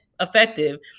effective